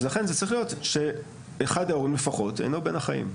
לכן זה צריך להיות שאחד ההורים לפחות אינו בין החיים.